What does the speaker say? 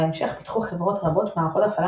בהמשך פתחו חברות רבות מערכות הפעלה